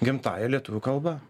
gimtąja lietuvių kalba